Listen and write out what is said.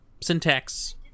syntax